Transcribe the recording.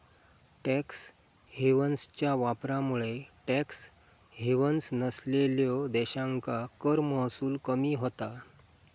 tax हेव्हन्सच्या वापरामुळे tax havens नसलेल्यो देशांका कर महसूल कमी होता